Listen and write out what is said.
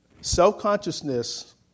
Self-consciousness